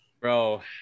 bro